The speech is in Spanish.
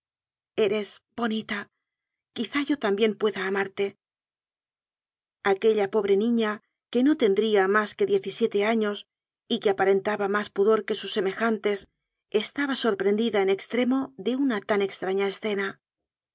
eres bonita quizá yo también pueda amarte aquella pobre niña que no tendría más de diez y siete años y que aparentaba más pudor que sus semejantes estaba sorprendida en extre mo de una tan extraña escena